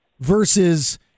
Versus